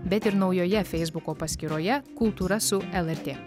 bet ir naujoje feisbuko paskyroje kultūra su lrt